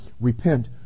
Repent